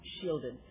shielded